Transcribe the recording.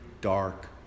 dark